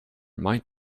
might